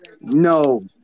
No